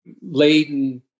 laden